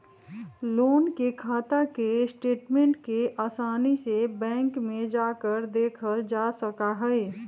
loan के खाता के स्टेटमेन्ट के आसानी से बैंक में जाकर देखल जा सका हई